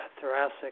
thoracic